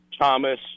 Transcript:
Thomas